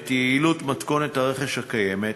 את יעילות מתכונת הרכש הקיימת,